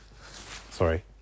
Sorry